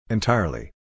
Entirely